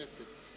הכנסת.